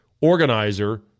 organizer